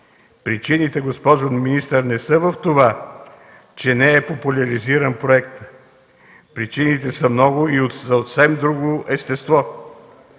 министър, причините не са в това, че не е популяризиран проектът. Причините са много и от съвсем друго естество.